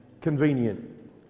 Convenient